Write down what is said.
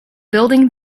building